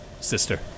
sister